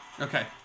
Okay